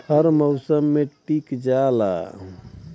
हर मउसम मे टीक जाला